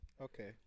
Okay